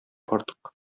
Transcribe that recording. артык